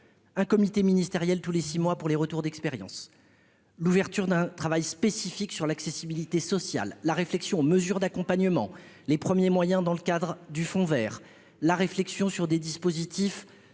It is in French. un comité ministériel tous les 6 mois pour les retours d'expérience, l'ouverture d'un travail spécifique sur l'accessibilité sociale la réflexion mesures d'accompagnement, les premiers moyens dans le cadre du fonds vers la réflexion sur des dispositifs